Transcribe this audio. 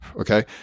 Okay